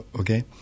Okay